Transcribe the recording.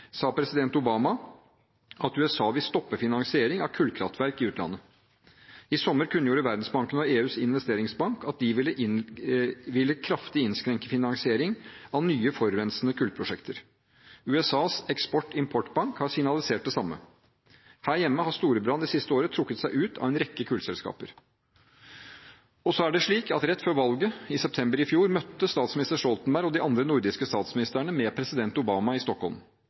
sa president Obama at USA vil stoppe finansiering av kullkraftverk i utlandet. I sommer kunngjorde Verdensbanken og EUs investeringsbank at de ville kraftig innskrenke finansiering av nye forurensende kullprosjekter. USAs Export-Import Bank har signalisert det samme. Her hjemme har Storebrand det siste året trukket seg ut av en rekke kullselskaper. Rett før valget i september i fjor møtte statsminister Stoltenberg og de andre nordiske statsministerne president Obama i Stockholm.